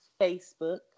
Facebook